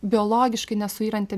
biologiškai nesuyranti